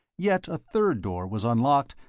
yet a third door was unlocked,